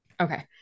Okay